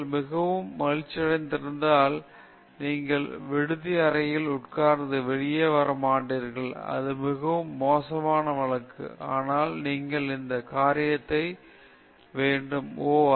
நீங்கள் மிகவும் மகிழ்ச்சியடைந்திருந்தால் நீங்கள் விடுதி அறையில் உட்கார்ந்து வெளியே வர மாட்டீர்கள் இது மிகவும் மோசமான வழக்கு ஆனால் நீங்கள் இந்த காரியத்தை வேண்டும் ஓ